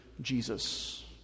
Jesus